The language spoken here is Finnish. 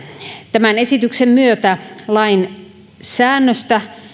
tämän esityksen myötä lain säännöstä